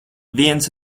viens